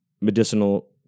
medicinal